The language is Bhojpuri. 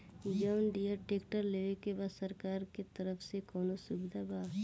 जॉन डियर ट्रैक्टर लेवे के बा सरकार के तरफ से कौनो सुविधा बा?